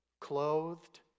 clothed